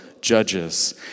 judges